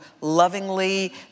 lovingly